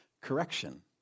correction